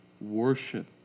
worship